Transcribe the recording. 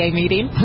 meeting